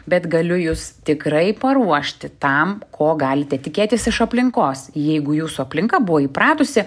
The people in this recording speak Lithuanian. bet galiu jus tikrai paruošti tam ko galite tikėtis iš aplinkos jeigu jūsų aplinka buvo įpratusi